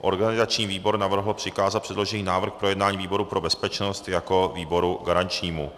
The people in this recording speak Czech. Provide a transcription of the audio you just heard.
Organizační výbor navrhl přikázat předložený návrh k projednání výboru pro bezpečnost jako výboru garančnímu.